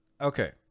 okay